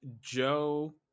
joe